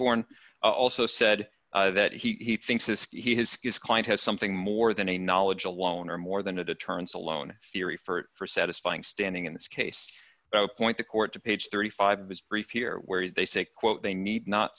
borne also said that he thinks this he has skills client has something more than a knowledge alone or more than a deterrence alone theory for satisfying standing in this case point the court to page thirty five dollars of his brief here where they say quote they need not